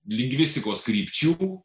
lingvistikos krypčių